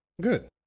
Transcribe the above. Good